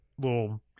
little